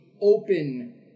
open